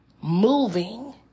moving